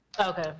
Okay